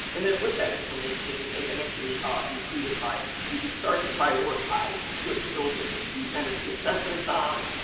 and then with that information, as i mentioned in the previous slide, you could start to prioritize what buildings to do energy assessments on.